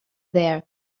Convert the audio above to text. there